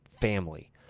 family